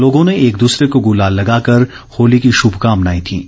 लोगों ने एक दूसरे को गुलाल लगाकर होली की शुभकामनाए दीं